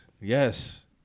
Yes